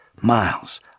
Miles